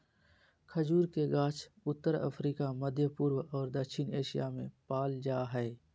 खजूर के गाछ उत्तर अफ्रिका, मध्यपूर्व और दक्षिण एशिया में पाल जा हइ